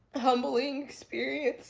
humbling experience